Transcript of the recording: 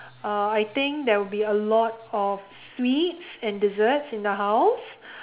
uh I think there will be a lot of sweets and desserts in the house